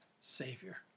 Savior